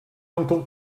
uncle